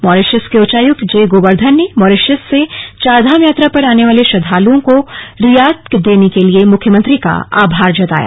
Mauritius के उच्चायुक्त J Govardhan ने मॉरिशस से चारधाम यात्रा पर आने वाले श्रद्धालुओं को रियायत देने के लिए मुख्यमंत्री का आभार जताया